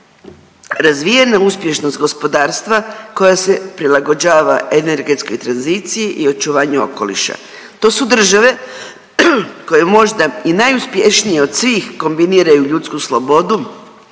razvijena uspješnost gospodarstva koja se prilagođava energetskoj tranziciji i očuvanju okoliša. To su države koje možda i najuspješnije od svih kombiniraju ljudsku slobodu